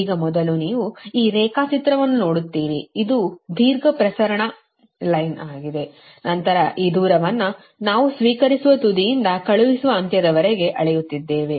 ಈಗ ಮೊದಲು ನೀವು ಈ ರೇಖಾಚಿತ್ರವನ್ನು ನೋಡುತ್ತೀರಿ ಇದು ಇದು ದೀರ್ಘ ಪ್ರಸರಣ ಮಾರ್ಗವಾಗಿದೆ ನಂತರ ಈ ದೂರವನ್ನು ನಾವು ಸ್ವೀಕರಿಸುವ ತುದಿಯಿಂದ ಕಳುಹಿಸುವ ಅಂತ್ಯದವರೆಗೆ ಅಳೆಯುತ್ತಿದ್ದೇವೆ